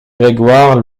grégoire